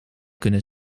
kunnen